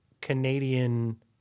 Canadian